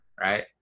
right